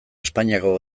espainiako